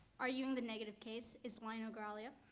arguing the negative case is lino graglia.